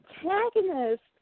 protagonist